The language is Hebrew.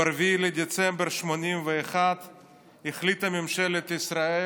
ב-4 בדצמבר 1981 החליטה ממשלת ישראל